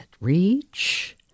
Reach